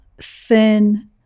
thin